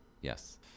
Yes